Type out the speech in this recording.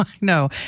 no